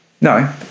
No